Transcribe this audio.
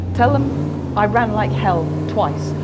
tell them i ran like hell, twice,